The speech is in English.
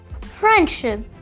Friendship